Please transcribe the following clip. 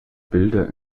bilder